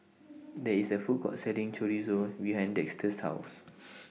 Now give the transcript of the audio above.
There IS A Food Court Selling Chorizo behind Dexter's House